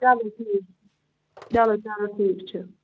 چلو ٹھیٖک چھُ چلو چلو ٹھیٖک چھُ